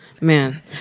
man